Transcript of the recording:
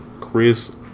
chris